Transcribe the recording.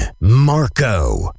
Marco